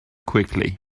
quickly